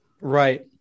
Right